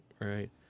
right